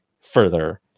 further